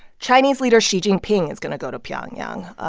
chinese leader xi jinping is going to go to pyongyang.